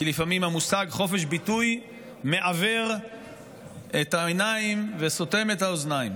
לפעמים המושג "חופש ביטוי" מעוור את העיניים וסותם את האוזניים,